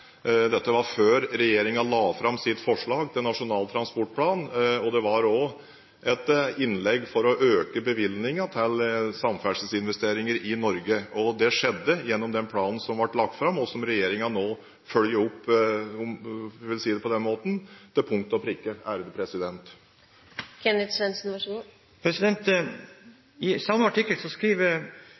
dette var før regjeringen la fram sitt forslag til Nasjonal transportplan, og det var også et innlegg for å øke bevilgningen til samferdselsinvesteringer i Norge. Det skjedde gjennom den planen som ble lagt fram, og som regjeringen nå følger opp – for å si det på den måten – til punkt og prikke. I samme artikkel